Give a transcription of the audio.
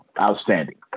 Outstanding